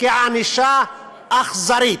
לענישה אכזרית.